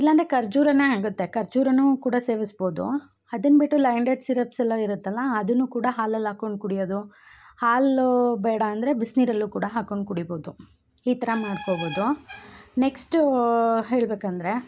ಇಲ್ಲ ಅಂದರೆ ಖರ್ಜುರನ್ನ ಆಗುತ್ತೆ ಖರ್ಜುರ ಕೂಡ ಸೇವಿಸ್ಬೋದು ಅದನ್ನು ಬಿಟ್ಟು ಲಯನ್ ಡೇಟ್ ಸಿರಪ್ಸ್ ಎಲ್ಲ ಇರುತ್ತಲ್ಲ ಅದುನ್ನು ಹಾಲಲ್ಲಿ ಹಾಕೊಂಡು ಕುಡಿಯೋದು ಹಾಲು ಬೇಡ ಅಂದರೆ ಬಿಸಿನೀರಲ್ಲು ಕೂಡ ಹಾಕೊಂಡು ಕುಡಿಬೋದು ಈ ಥರ ಮಾಡ್ಕೊಬೋದು ನೆಕ್ಸ್ಟು ಹೇಳಬೇಕಂದ್ರೆ